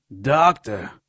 Doctor